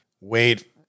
wait